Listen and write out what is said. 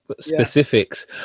specifics